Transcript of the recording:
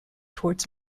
towards